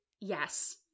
yes